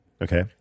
Okay